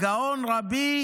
הגאון רבי